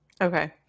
Okay